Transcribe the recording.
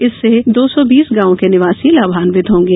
इससे दो सौ बीस गांवों के निवासी लाभांवित होंगे